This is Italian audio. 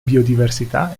biodiversità